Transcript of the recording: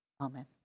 Amen